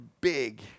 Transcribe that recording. big